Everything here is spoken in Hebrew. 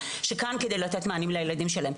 שכאן על מנת לתת מענה לילדים שלהם.